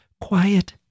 quiet